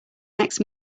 next